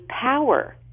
power